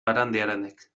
barandiaranek